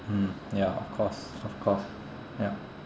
mm ya of course of course ya